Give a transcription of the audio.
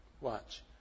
Watch